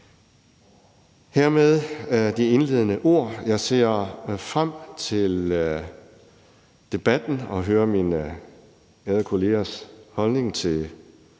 sagt de indledende ord. Jeg ser frem til debatten og til at høre mine ærede kollegers holdning til